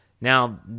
Now